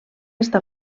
està